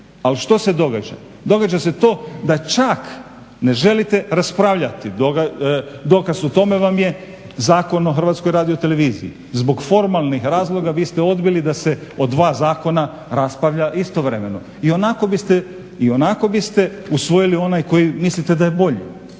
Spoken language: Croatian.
Ali što se događa, događa se to da čak ne želite raspravljati. Dokaz o tome vam je Zakon o HRT-u, zbog formalnih razloga vi ste odbili da se o dva zakona raspravlja istovremeno. I onako biste usvojili onaj koji mislite da je bolji,